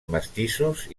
mestissos